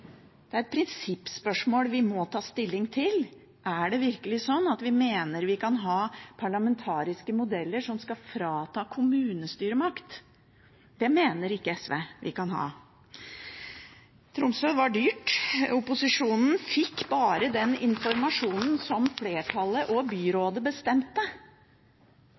Det er et prinsippspørsmål vi må ta stilling til. Er det virkelig sånn at vi mener at vi kan ha parlamentariske modeller som skal frata kommunestyret makt? Det mener SV vi ikke kan ha. Tromsø var dyrt. Opposisjonen fikk bare den informasjonen som flertallet og byrådet bestemte.